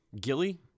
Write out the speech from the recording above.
gilly